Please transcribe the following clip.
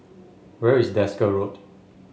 where is Desker Road